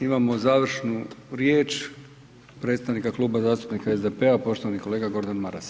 Imamo završnu riječ predstavnika Kluba zastupnika SDP-a, poštovani kolega Gordan Maras.